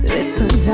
Listen